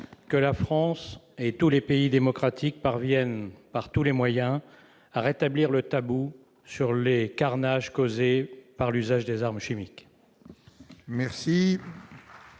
que la France et tous les pays démocratiques parviennent par tous les moyens à rétablir le tabou sur les carnages causés par l'usage des armes chimiques.